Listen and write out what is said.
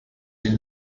این